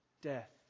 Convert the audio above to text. death